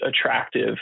attractive